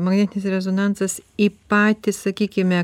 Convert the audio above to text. magnetinis rezonansas į patį sakykime